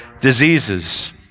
diseases